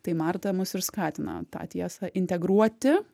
tai marta mus ir skatina tą tiesą integruoti